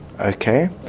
okay